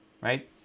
right